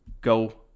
go